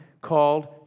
called